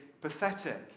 pathetic